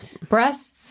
breasts